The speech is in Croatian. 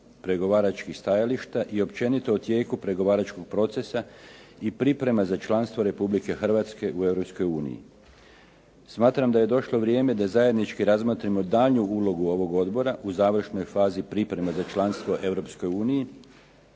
pregovaračkih stajališta i općenito o tijeku pregovaračkog procesa i priprema za članstvo Republike Hrvatske u Europskoj uniji. Smatram da je došlo vrijeme da zajednički razmotrimo daljnju ulogu ovog odbora u završnoj fazi priprema za članstvo u